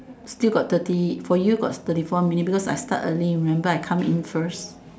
still got thirty for you got thirty four minute because I start early remember I come in first